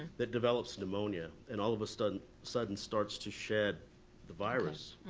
that develops pneumonia. and all of a sudden sudden starts to shed the virus.